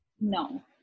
no